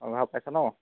অঁ ভাল পাইছ ন